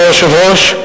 אדוני היושב-ראש,